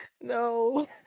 No